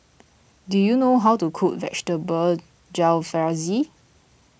do you know how to cook Vegetable Jalfrezi